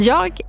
Jag